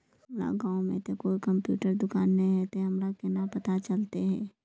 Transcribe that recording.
हमर गाँव में ते कोई कंप्यूटर दुकान ने है ते हमरा केना पता चलते है?